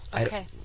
Okay